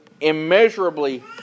immeasurably